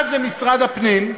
אחד זה משרד הפנים,